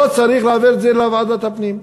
לא צריך להעביר את זה לוועדת הפנים.